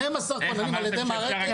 12 כוננים על ידי מערכת,